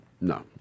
No